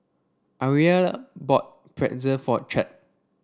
Ariella bought Pretzel for Chet